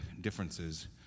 differences